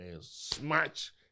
smash